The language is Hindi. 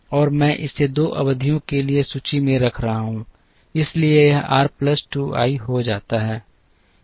और मैं इसे 2 अवधियों के लिए सूची में रख रहा हूं इसलिए यह r प्लस 2 i हो जाता है